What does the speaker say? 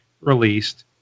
released